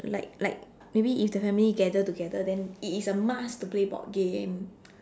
like like maybe if the family gather together then it is a must to play board game